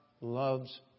loves